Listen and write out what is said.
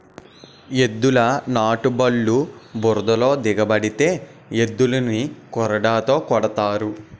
ఎద్దుల నాటుబల్లు బురదలో దిగబడితే ఎద్దులని కొరడాతో కొడతారు